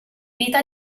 vita